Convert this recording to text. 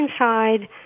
inside